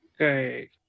Okay